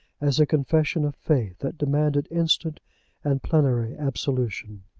as a confession of faith that demanded instant and plenary absolution.